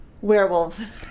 Werewolves